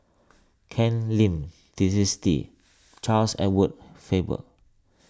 Ken Lim Twisstii Charles Edward Faber